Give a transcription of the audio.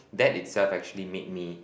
that itself actually made me